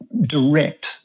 direct